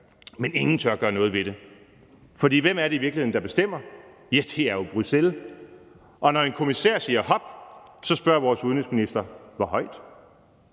men ingen tør gøre noget ved det, for hvem er det i virkeligheden, der bestemmer? Ja, det er jo Bruxelles, og når en kommissær siger hop, så spørger vores udenrigsminister: Hvor højt?